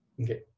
Okay